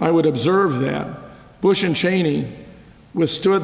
i would observe that bush and cheney